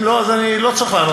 אם לא, אז אני לא צריך לענות.